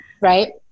right